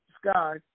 sky